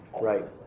Right